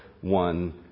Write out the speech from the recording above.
one